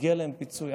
מגיע להם פיצוי.